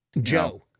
Joe